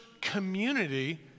community